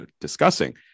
discussing